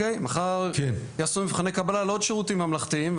מחר יעשו מבחני קבלה לעוד שירותים ממלכתיים,